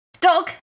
Dog